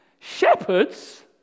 Shepherds